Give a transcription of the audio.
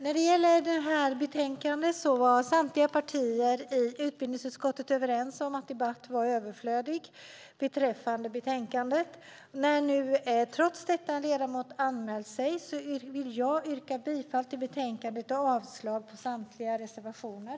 Fru talman! Samtliga partier i utbildningsutskottet har varit överens om att debatt är överflödig beträffande betänkandet. Då trots detta en ledamot anmält sin uppfattning vill jag yrka bifall till förslaget till beslut och avslag på samtliga reservationer.